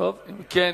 בזה במליאה.